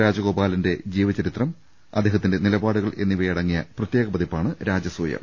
രാജഗോ പാലിന്റെ ജീവചരിത്രം അദ്ദേഹത്തിന്റെ നിലപാടുകൾ എന്നി വയടങ്ങിയ പ്രത്യേക പതിപ്പാണ് രാജസൂയം